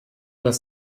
das